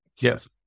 Yes